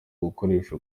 gukoresha